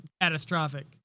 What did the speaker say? catastrophic